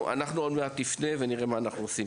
אנחנו עוד מעט נפנה ונראה מה אנחנו עושים,